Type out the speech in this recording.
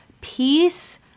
peace